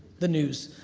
the news.